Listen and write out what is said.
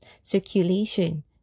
circulation